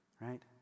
right